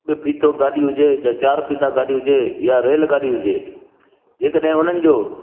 ॿ फीथो गाॾी हुजे या चार फीथा गाॾी हुजे या रेल गाॾी हुजे जंहिं कॾहिं हुननि जो